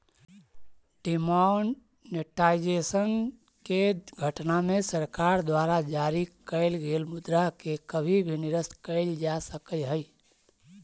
demonetisation के घटना में सरकार द्वारा जारी कैल गेल मुद्रा के कभी भी निरस्त कैल जा सकऽ हई